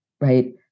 right